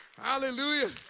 Hallelujah